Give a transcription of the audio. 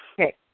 Okay